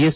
S